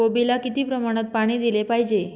कोबीला किती प्रमाणात पाणी दिले पाहिजे?